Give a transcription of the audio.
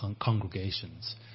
congregations